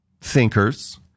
thinkers